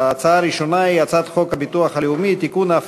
ההצעה הראשונה היא הצעת חוק הביטוח הלאומי (תיקון,